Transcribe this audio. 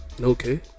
okay